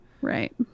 Right